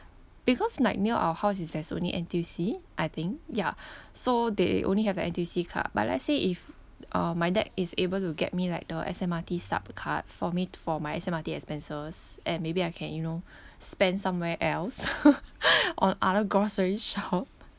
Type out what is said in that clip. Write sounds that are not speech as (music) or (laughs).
because like near our house is there's only N_T_U_C I think ya so they only have the N_T_U_C card but let's say if uh my dad is able to get me like the S_M_R_T supp card for me for my S_M_R_T expenses and maybe I can you know spend somewhere else (laughs) on other grocery shop